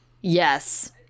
Yes